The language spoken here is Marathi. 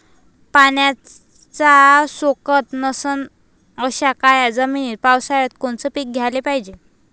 पाण्याचा सोकत नसन अशा काळ्या जमिनीत पावसाळ्यात कोनचं पीक घ्याले पायजे?